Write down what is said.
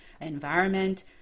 environment